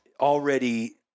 already